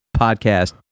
podcast